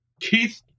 Keith